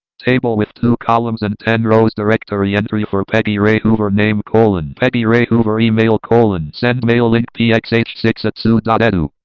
table with two columns and ten rows. directory entry for peggy ray hoover. name colon. peggy rae hoover email colon. send mail link p x h six psu edu.